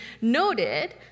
noted